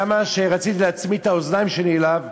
כמה שרציתי להצמיד את האוזניים שלי אליו,